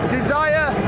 desire